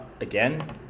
again